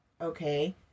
okay